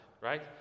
right